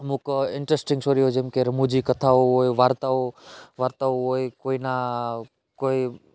અમુક ઇન્ટરેસ્ટિંગ સ્ટોરીઓ જેમકે રમુજી કથાઓ હોય વાર્તાઓ વાર્તાઓ હોય કોઈ ના કોઈ